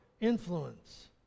influence